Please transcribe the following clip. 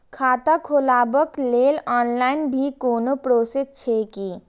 खाता खोलाबक लेल ऑनलाईन भी कोनो प्रोसेस छै की?